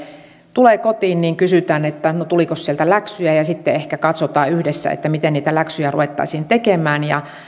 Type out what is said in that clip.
tulee kotiin niin kysytään että tulikos sieltä läksyjä ja sitten ehkä katsotaan yhdessä miten niitä läksyjä ruvettaisiin tekemään